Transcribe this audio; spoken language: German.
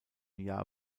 jahr